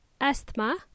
asthma